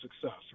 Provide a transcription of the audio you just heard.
success